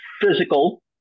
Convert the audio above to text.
physical